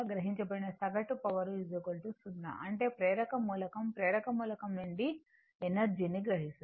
గ్రహించబడిన సగటు పవర్ 0 అంటే ప్రేరక మూలకం ప్రేరక మూలకం నుండి ఎనర్జీ ని గ్రహిస్తుంది